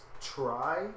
try